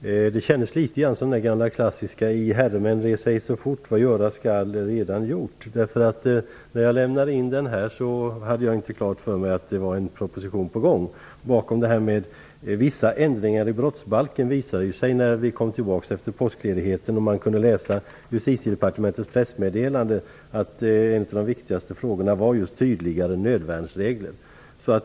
Jag kom att tänka på det gamla klassiska uttrycket ''Vad göras skall är allaredan gjort, I herredagsmän, reser icke så fort!'' När jag lämnade in frågan hade jag inte klart för mig att en proposition var på gång. När vi kom tillbaks efter påskledigheten och kunde läsa Justitiedepartementets pressmeddelande visade det sig att en av de viktigaste frågorna i propositionen var tydligare nödvärnsregler.